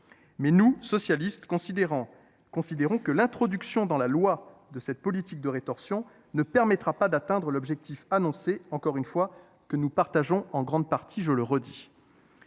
Mais nous, socialistes, considérons que l’introduction dans la loi de cette politique de rétorsion ne permettra pas d’atteindre l’objectif annoncé, que, je le redis, nous partageons en grande partie. Il arrive